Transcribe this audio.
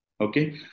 Okay